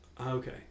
Okay